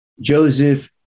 Joseph